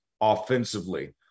offensively